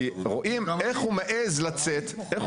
כי רואים איך הוא מעז לצאת --- אני יכול